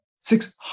Six